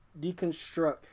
deconstruct